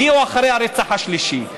הגיעו אחרי הרצח השלישי.